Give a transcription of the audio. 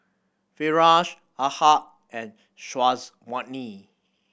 Firash Ahad and Syazwani